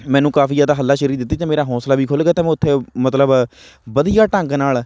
ਮੈਨੂੰ ਕਾਫ਼ੀ ਜ਼ਿਆਦਾ ਹੱਲਾਸ਼ੇਰੀ ਦਿੱਤੀ ਅਤੇ ਮੇਰਾ ਹੌਸਲਾ ਵੀ ਖੁੱਲ੍ਹ ਗਿਆ ਅਤੇ ਮੈਂ ਉੱਥੇ ਮਤਲਬ ਵਧੀਆ ਢੰਗ ਨਾਲ